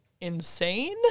insane